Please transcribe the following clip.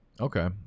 Okay